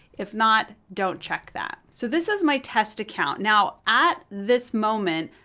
if not, don't check that. so this is my test account. now, at this moment,